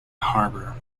harbour